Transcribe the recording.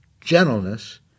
gentleness